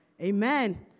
Amen